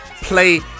Play